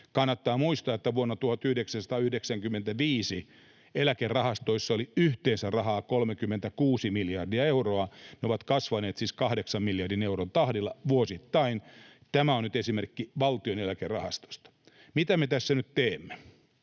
Kannattaa muistaa, että vuonna 1995 eläkerahastoissa oli yhteensä rahaa 36 miljardia euroa. Ne ovat kasvaneet siis 8 miljardin euron tahdilla vuosittain. Tämä on nyt esimerkki Valtion Eläkerahastosta. Mitä me tässä nyt teemme?